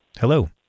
Hello